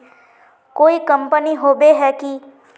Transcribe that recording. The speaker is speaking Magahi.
कोई कंपनी होबे है की?